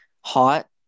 hot